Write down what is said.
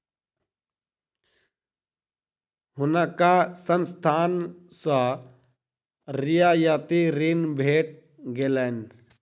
हुनका संस्थान सॅ रियायती ऋण भेट गेलैन